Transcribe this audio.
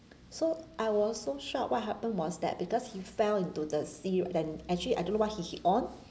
so I was so shocked what happened was that because he fell into the sea and actually I don't know what he hit on